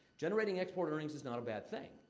generating export rings is not a bad thing.